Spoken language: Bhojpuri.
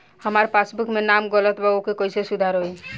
हमार पासबुक मे नाम गलत बा ओके कैसे सुधार होई?